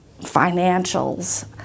financials